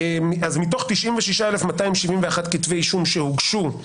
מתוך 96,271 כתבי אישום שהוגשו,